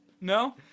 No